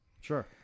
sure